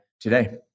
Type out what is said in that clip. today